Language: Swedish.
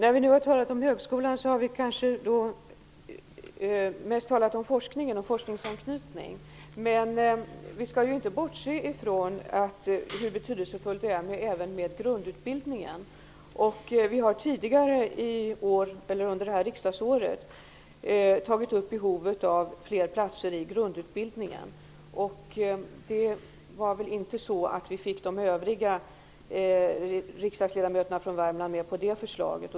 Fru talman! När vi talat om högskolan har vi kanske mest talat om forskning och forskningsanknytning. Men vi skall inte bortse från att även grundutbildningen är betydelsefull. Vi har tidigare under det här riksmötet tagit upp frågan om behovet av fler platser i grundutbildningen. Men vi fick väl inte riktigt övriga riksdagsledamöter från Värmland att gå med på det förslaget.